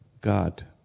God